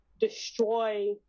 destroy